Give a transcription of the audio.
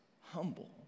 humble